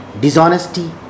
dishonesty